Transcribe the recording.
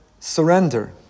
Surrender